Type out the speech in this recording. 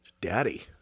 Daddy